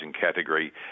category